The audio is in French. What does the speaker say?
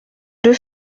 deux